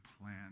plan